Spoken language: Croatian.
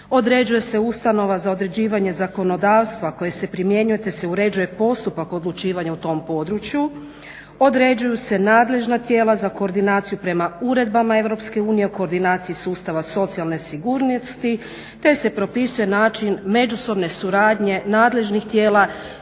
određuje se ustanova za određivanje zakonodavstva koje se primjenjuje, te se uređuje postupak odlučivanja u tom području, određuju se nadležna tijela za koordinaciju prema uredbama EU u koordinaciji sustava socijalne sigurnosti, te se propisuje način međusobne suradnje nadležnih tijela